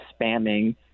spamming